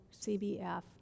CBF